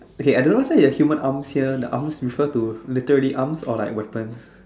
okay I don't whether the human arms here the arms refer to literally arms or like weapons